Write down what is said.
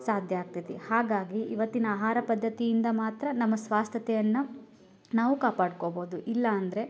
ಸಾಧ್ಯ ಆಗ್ತೈತಿ ಹಾಗಾಗಿ ಇವತ್ತಿನ ಆಹಾರ ಪದ್ಧತಿಯಿಂದ ಮಾತ್ರ ನಮ್ಮ ಸ್ವಾಸ್ಥತೆಯನ್ನ ನಾವು ಕಾಪಾಡ್ಕೊಬೋದು ಇಲ್ಲಾಂದರೆ